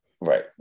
Right